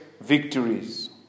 victories